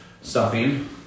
stuffing